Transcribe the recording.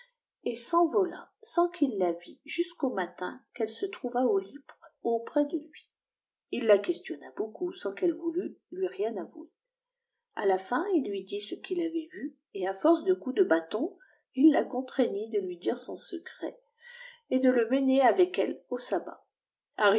et s'envola aana qi h la vit jusqu'au matin qu'elle se trouva au ut auprès de lui il la questionna beaucoup sans qu'elle voulut lui rien avouer a la fin il lui dit ce qu'il avait vu et à force de coups dt haton il la contreignit de lui dire son aecret et d le meimr atec elle au sabat